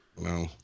No